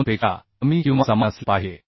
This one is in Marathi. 2 पेक्षा कमी किंवा समान असले पाहिजे